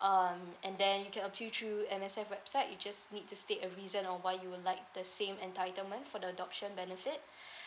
um and then you can appeal through M_S_F website you just need to state a reason on why you will like the same entitlement for the adoption benefit